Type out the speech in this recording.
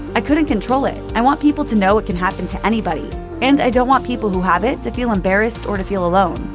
i couldn't control it. i want people to know it can happen to anybody and i don't want people who have it to feel embarrassed or to feel alone.